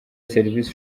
serivisi